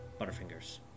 Butterfingers